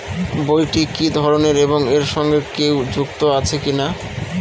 বইটি কি ধরনের এবং এর সঙ্গে কেউ যুক্ত আছে কিনা?